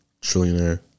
trillionaire